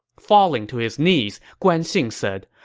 falling to his knees, guan xing said,